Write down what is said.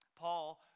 Paul